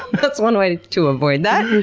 that's one way to to avoid that.